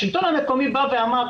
השלטון המקומי אומר: